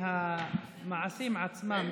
מהמעשים עצמם.